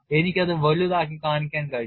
എനിക്ക് അത് വലുതാക്കി കാണിക്കാൻ കഴിഞ്ഞു